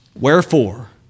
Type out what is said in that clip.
Wherefore